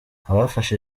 abafashe